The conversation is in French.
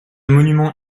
monument